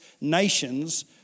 nations